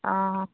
অ'